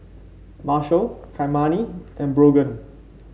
Marshal Kymani and Brogan